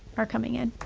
are coming in.